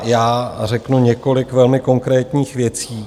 Já řeknu několik velmi konkrétních věcí.